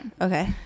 Okay